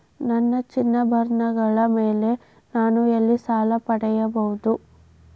ನನ್ನ ಚಿನ್ನಾಭರಣಗಳ ಮೇಲೆ ನಾನು ಎಲ್ಲಿ ಸಾಲ ಪಡೆಯಬಹುದು?